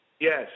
Yes